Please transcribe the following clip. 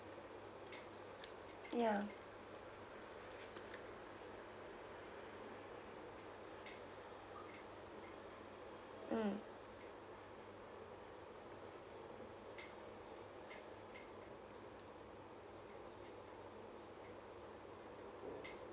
ya mm